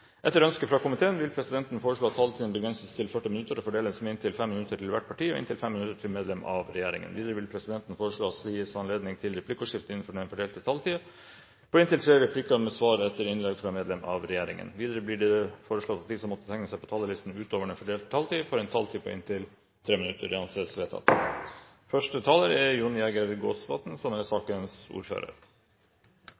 Etter ønske fra helse- og omsorgskomiteen vil presidenten foreslå at taletiden begrenses til 40 minutter og fordeles med inntil 5 minutter til hvert parti og inntil 5 minutter til medlem av regjeringen. Videre vil presidenten foreslå at det gis anledning til replikkordskifte på inntil tre replikker med svar etter innlegg fra medlem av regjeringen innenfor den fordelte taletid. Videre blir det foreslått at de som måtte tegne seg på talerlisten utover den fordelte taletid, får en taletid på inntil 3 minutter. – Det anses vedtatt.